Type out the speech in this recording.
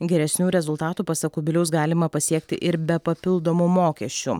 geresnių rezultatų pasak kubiliaus galima pasiekti ir be papildomų mokesčių